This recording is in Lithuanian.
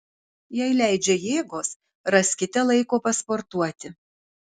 jei leidžia jėgos raskite laiko pasportuoti